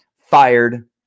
fired